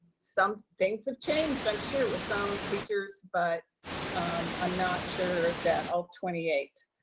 some things have changed. i'm sure it was some teachers, but i'm not sure that all twenty eight.